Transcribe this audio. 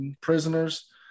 prisoners